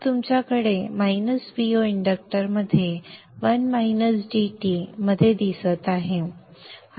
तर तुमच्याकडे वजा Vo इंडक्टरमध्ये 1 वजा dT मध्ये दिसत आहे